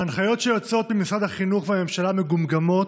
ההנחיות שיוצאות ממשרד החינוך ומהממשלה מגומגמות,